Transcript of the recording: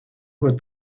what